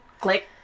Click